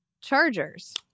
Chargers